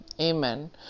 amen